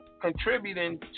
contributing